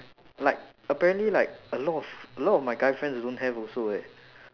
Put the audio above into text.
like apparently like a lot of a lot of my guy friends don't have also eh